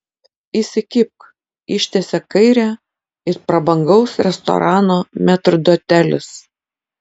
įsikibk ištiesia kairę it prabangaus restorano metrdotelis